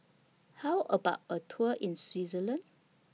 How about A Tour in Switzerland